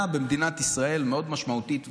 מדינת ישראל התעוררה ואמרה: זו עיר שמעניינת אותי?